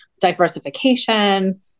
diversification